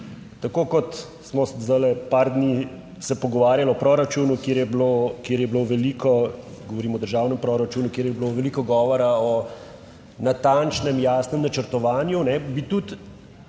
Tako kot smo zdajle par dni se pogovarjali o proračunu, kjer je bilo veliko, govorimo o državnem proračunu, kjer je bilo veliko govora o natančnem, jasnem načrtovanju, bi tudi